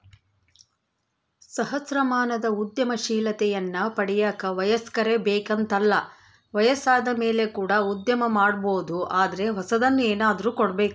ಸಹಸ್ರಮಾನದ ಉದ್ಯಮಶೀಲತೆಯನ್ನ ಪಡೆಯಕ ವಯಸ್ಕರೇ ಬೇಕೆಂತಲ್ಲ ವಯಸ್ಸಾದಮೇಲೆ ಕೂಡ ಉದ್ಯಮ ಮಾಡಬೊದು ಆದರೆ ಹೊಸದನ್ನು ಏನಾದ್ರು ಕೊಡಬೇಕು